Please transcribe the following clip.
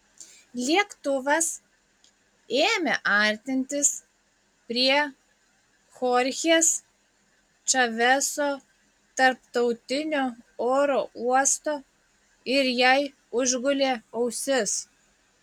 lėktuvas ėmė artintis prie chorchės čaveso tarptautinio oro uosto ir jai užgulė ausis